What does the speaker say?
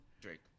Drake